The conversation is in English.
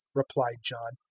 replied john,